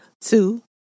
Two